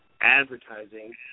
advertising